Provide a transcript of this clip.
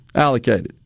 allocated